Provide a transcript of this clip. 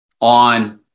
on